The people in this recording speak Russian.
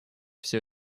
все